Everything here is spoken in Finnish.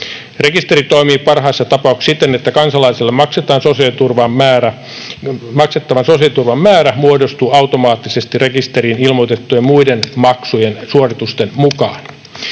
Rekisteri toimii parhaassa tapauksessa siten, että kansalaiselle maksettavan sosiaaliturvan määrä muodostuu automaattisesti rekisteriin ilmoitettujen muiden maksujen ja suoritusten mukaan.